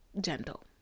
gentle